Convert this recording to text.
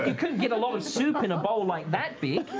and couldn't get a lot of soup in a bowl like that big.